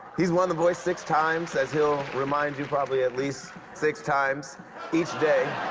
he's won the voice six times, as he'll remind you probably at least six times each day.